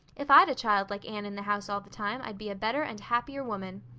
if i'd a child like anne in the house all the time i'd be a better and happier woman.